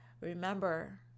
Remember